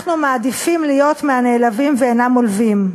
אנחנו מעדיפים להיות מהנעלבים ואינם עולבים.